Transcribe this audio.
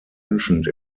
mentioned